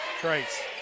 Trace